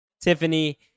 Tiffany